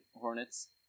hornets